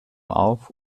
auf